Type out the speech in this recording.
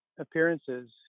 appearances